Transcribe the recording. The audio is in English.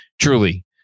Truly